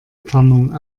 tarnung